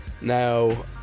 Now